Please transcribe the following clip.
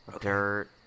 dirt